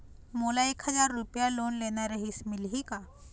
मोला एक हजार रुपया लोन लेना रीहिस, मिलही का?